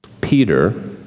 Peter